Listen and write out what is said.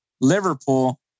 Liverpool